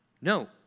No